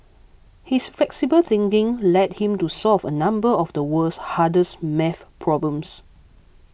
his flexible thinking led him to solve a number of the world's hardest math problems